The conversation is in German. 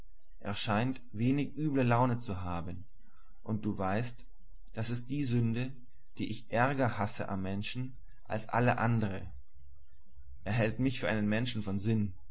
hat erscheint wenig üble laune zu haben und du weißt das ist die sünde die ich ärger hasse am menschen als alle andre er hält mich für einen menschen von sinn